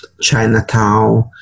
Chinatown